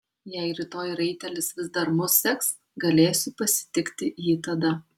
jei rytoj raitelis vis dar mus seks galėsiu pasitikti jį tada